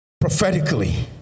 prophetically